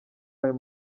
ayo